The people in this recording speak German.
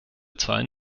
zahlen